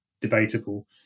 debatable